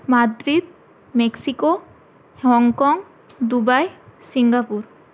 Madrid Mexico Hong Kong Dubai Singapore